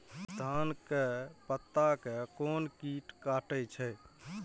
धान के पत्ता के कोन कीट कटे छे?